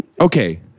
Okay